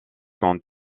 quand